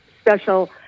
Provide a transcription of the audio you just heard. special